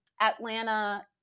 atlanta